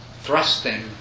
thrusting